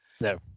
No